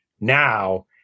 now